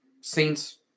Saints